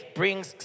brings